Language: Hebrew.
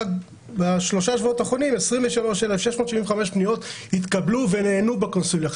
רק בשלושת השבועות האחרונים 23,675 פניות התקבלו ונענו בקונסוליות.